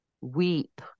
weep